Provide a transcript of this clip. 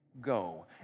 go